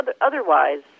otherwise